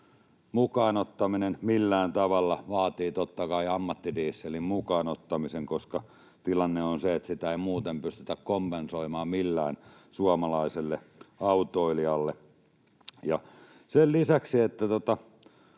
mukaan ottaminen millään tavalla vaatii totta kai ammattidieselin mukaan ottamisen, koska tilanne on se, että sitä ei muuten pystytä kompensoimaan millään suomalaiselle autoilijalle. Sen lisäksi, että